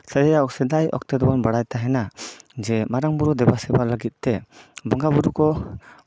ᱥᱮᱫᱟᱭ ᱚᱠᱛᱮ ᱫᱚᱵᱚᱱ ᱵᱟᱲᱟᱭ ᱛᱟᱦᱮᱱᱟ ᱢᱟᱨᱟᱝ ᱵᱳᱨᱳ ᱫᱮᱵᱟ ᱥᱮᱵᱟ ᱞᱟᱹᱜᱤᱫ ᱛᱮ ᱵᱚᱸᱜᱟ ᱵᱳᱨᱳ ᱠᱚ